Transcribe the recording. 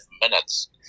minutes